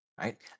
right